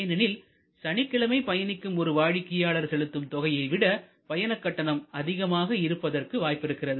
ஏனெனில் சனிக்கிழமை பயணிக்கும் ஒரு வாடிக்கையாளர் செலுத்தும் தொகையை விட பயண கட்டணம் அதிகமாக இருப்பதற்கு வாய்ப்பிருக்கிறது